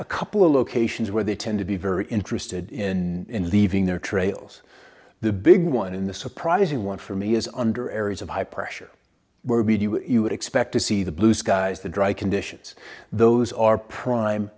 a couple a location where they tend to be very interested in leaving their trails the big one in the surprising one for me is under areas of high pressure where b do you expect to see the blue skies the dry conditions those are prime